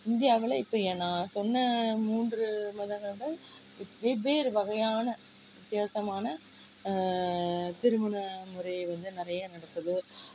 இந்தியாவில் இப்போ ஏ நான் சொன்ன மூன்று மதங்கள்தான் வெவ்வேறு வகையான வித்தியாசமான திருமண முறை வந்து நிறைய நடக்குது